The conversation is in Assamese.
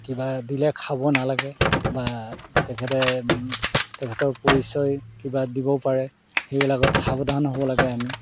কিবা দিলে খাব নালাগে বা তেখেতে তেখেতৰ পৰিচয় কিবা দিবও পাৰে সেইবিলাকত সাৱধান হ'ব লাগে আমি